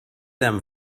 them